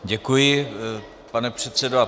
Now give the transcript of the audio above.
Děkuji, pane předsedo.